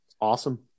Awesome